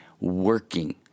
working